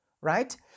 Right